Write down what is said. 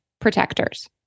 protectors